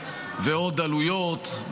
ועוד עלויות,